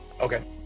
Okay